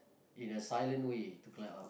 in a silent way to climb up